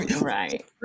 right